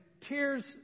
tears